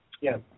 Yes